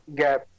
gap